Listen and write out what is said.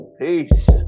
Peace